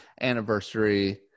anniversary